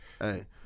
Hey